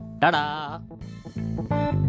Ta-da